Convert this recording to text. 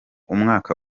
umwaka